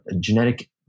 genetic